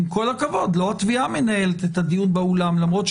זה לא דיון שהיינו רוצים להגיד באופן קטגורי